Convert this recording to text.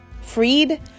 freed